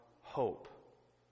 hope